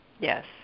Yes